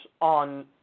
on